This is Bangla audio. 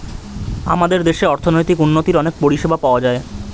আমাদের দেশে অর্থনৈতিক উন্নতির অনেক পরিষেবা পাওয়া যায়